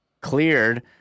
cleared